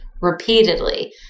repeatedly